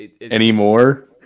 Anymore